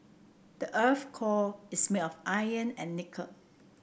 the earth core is made of iron and nickel